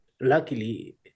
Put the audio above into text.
luckily